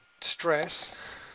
stress